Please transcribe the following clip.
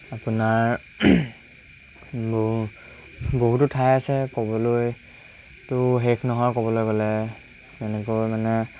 আপোনাৰ ব বহুতো ঠাই আছে ক'বলৈতো শেষ নহয় ক'বলৈ গ'লে তেনেকৈ মানে